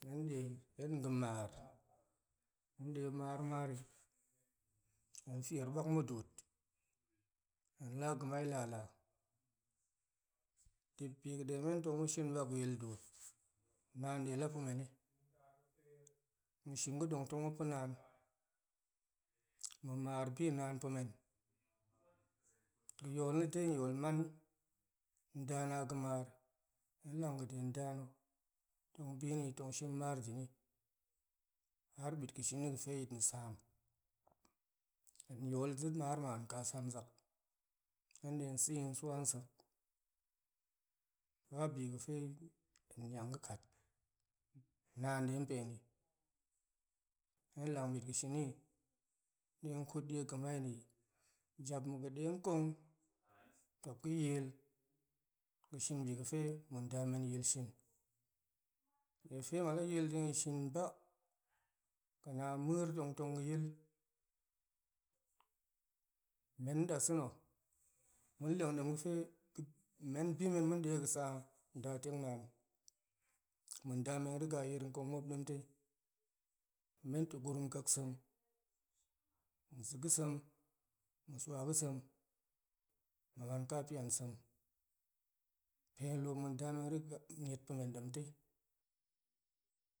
Hen ga̱mar hen detong marmari hen feir bak muduut hen la ga̱mai lala dip biga̱ demen tong ma̱ shini bak ga̱yil duut naan dela pa̱meni ma̱ shin ga̱dong tong ma̱pa̱ naan ma̱ mar bi naan pa̱men ga̱ yol na̱ dai yol man nda na̱ a ga̱mar hen lang ga̱de nda na̱ tong bini tong shin mar deni har bit ga̱shini ga̱fe yit na̱ saan, hen yol de mar man kasan zak hen detong sa̱i tong swa sek babi ga̱fe hen niang ga̱ kat naan detong peni, hen lang bit ga̱ shini tong ƙut die ga̱mai nei jap ma̱ ga̱ de kong ma̱p ga̱yil ga̱ shin bi ga̱fe ma̱ nda men yil shin niega̱fe ma̱p la yil dega̱ shin ba ga̱na muer tong tong ga̱yil men dasa̱ na̱ ma̱ leng dem ga̱fe men bimen ma̱ leng ga̱sa naan ma̱ leng bi men ga̱sa nda teng naan ma̱ nda men riga yir kong ma̱p demtai men to gurum ƙaksem ma̱ sa̱ ga̱sem ma̱ swa ga̱sem ma̱ man kapian sem pe ma̱ nda men riga niet pa̱men demtai,